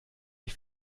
die